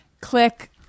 click